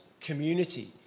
community